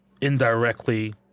indirectly